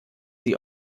sie